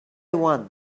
one